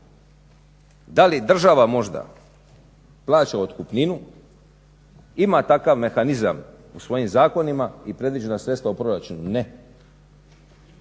Da li država možda plaća otkupninu, ima takav mehanizam u svojim zakonima i predviđena sredstva u proračunu? Ne.